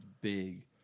big